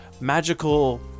magical